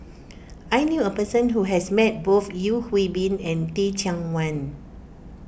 I knew a person who has met both Yeo Hwee Bin and Teh Cheang Wan